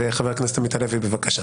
חבר הכנסת עמית הלוי, בבקשה.